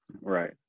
right